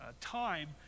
time